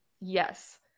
yes